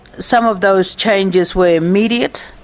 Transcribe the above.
some of those changes were immediate.